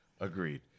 Agreed